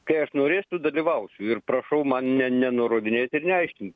kai aš norėsiu dalyvausiu ir prašau man ne nenurodinėti ir neaiškint